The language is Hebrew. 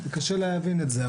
קשה להבין את זה.